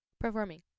Performing